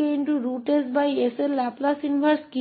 कि e 2kss का Laplace व्युत्क्रम क्या है